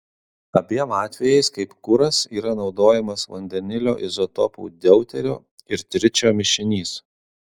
abiem atvejais kaip kuras yra naudojamas vandenilio izotopų deuterio ir tričio mišinys